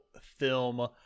film